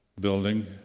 building